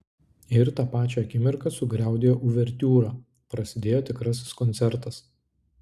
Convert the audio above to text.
ir tą pačią akimirką sugriaudėjo uvertiūra prasidėjo tikrasis koncertas